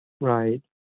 Right